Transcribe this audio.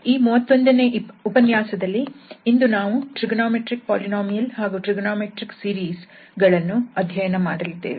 ಈ 31ನೇ ಉಪನ್ಯಾಸದಲ್ಲಿ ಇಂದು ನಾವು ಟ್ರಿಗೊನೋಮೆಟ್ರಿಕ್ ಪೋಲಿನೋಮಿಯಲ್ ಹಾಗೂ ಟ್ರಿಗೊನೋಮೆಟ್ರಿಕ್ ಸೀರೀಸ್ ಗಳನ್ನು ಅಧ್ಯಯನ ಮಾಡಲಿದ್ದೇವೆ